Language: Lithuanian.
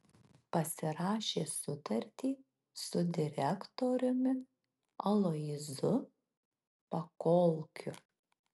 pasirašė sutartį su direktoriumi aloyzu pakolkiu